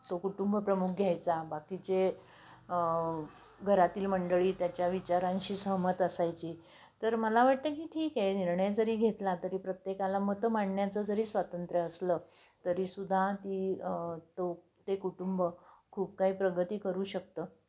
तो कुटुंब प्रमुख घ्यायचा बाकीचे घरातील मंडळी त्याच्या विचारांशी सहमत असायची तर मला वाटतं की ठीक आहे निर्णय जरी घेतला तरी प्रत्येकाला मतं मांडण्याचं जरी स्वातंत्र्य असलं तरीसुद्धा ती तो ते कुटुंब खूप काही प्रगती करू शकतं